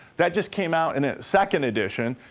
that just came out in its second edition,